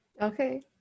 Okay